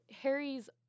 Harry's